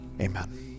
amen